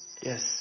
yes